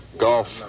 golf